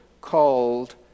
called